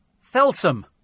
Feltham